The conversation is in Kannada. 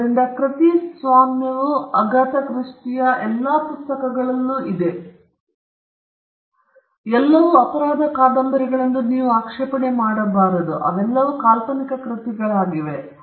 ಆದ್ದರಿಂದ ಕೃತಿಸ್ವಾಮ್ಯವು ಅಗಾಥ ಕ್ರಿಸ್ಟಿ ಎಲ್ಲಾ ಪುಸ್ತಕಗಳಲ್ಲಿಯೂ ನಿಂತಿದೆ ಮತ್ತು ಅವರು ಎಲ್ಲಾ ಅಪರಾಧ ಕಾದಂಬರಿಗಳೆಂದು ಅವರು ಆಕ್ಷೇಪಣೆ ಮಾಡಬಾರದು ಅಥವಾ ಅವೆಲ್ಲವೂ ಕಾಲ್ಪನಿಕ ಕೃತಿಗಳಾಗಿವೆ